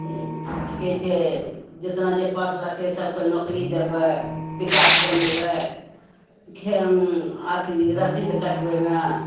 कि कहै छै जतना जे पढ़लकै सभकेँ नोकरी देबै विकास बनेबै खे अथी रसीद कटबैमे